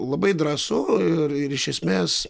labai drąsu ir ir iš esmės